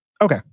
okay